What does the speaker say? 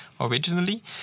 originally